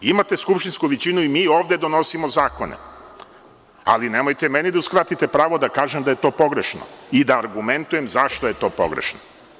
Imate skupštinsku većinu i mi ovde donosimo zakone, ali nemojte meni da uskratite pravo da kažem da je to pogrešno i da argumentujem zašto je to pogrešno.